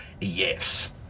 yes